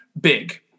big